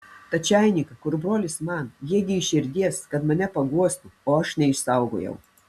tą čainiką kur brolis man jie gi iš širdies kad mane paguostų o aš neišsaugojau